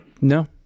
no